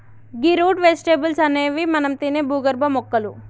గీ root vegetables అనేవి మనం తినే భూగర్భ మొక్కలు